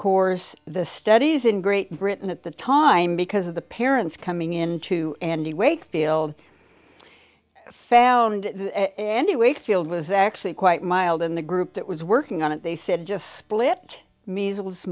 course the studies in great britain at the time because of the parents coming in to andy wakefield found andy wakefield was actually quite mild in the group that was working on it they said just split measles